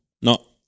no